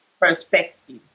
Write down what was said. perspective